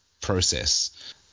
process